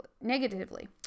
negatively